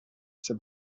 said